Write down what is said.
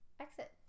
exit